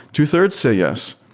two-thirds say yes.